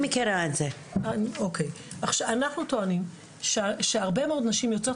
אנחנו טוענים שהרבה מאוד נשים יוצאות